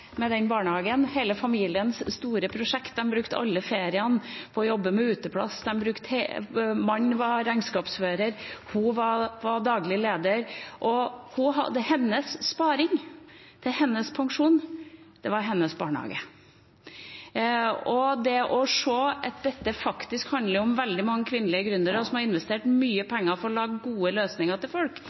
den barnehagen – hele familiens store prosjekt – de brukte alle ferier til å jobbe med uteplasser, mannen var regnskapsfører, og hun var daglig leder. Det var hennes sparing, hennes pensjon og hennes barnehage. Dette handler om veldig mange kvinnelige gründere som har investert mye penger for å lage gode løsninger for folk,